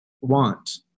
want